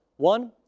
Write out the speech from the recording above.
one,